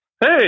hey